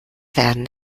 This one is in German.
werden